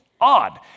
odd